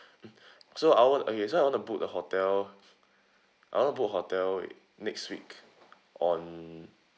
mm so I want okay so I want to book the hotel I want to book hotel next week on